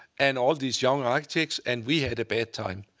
and all these young architects, and we had a bad time.